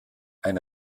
ein